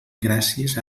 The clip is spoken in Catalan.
gràcies